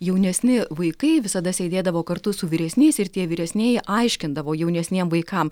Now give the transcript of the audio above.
jaunesni vaikai visada sėdėdavo kartu su vyresniais ir tie vyresnieji aiškindavo jaunesniem vaikam